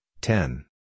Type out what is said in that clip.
ten